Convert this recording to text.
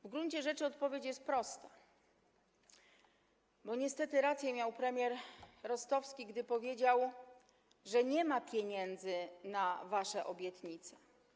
W gruncie rzeczy odpowiedź jest prosta: bo niestety rację miał premier Rostowski, gdy powiedział, że nie ma pieniędzy na wasze obietnice.